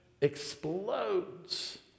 explodes